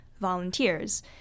volunteers